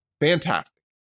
fantastic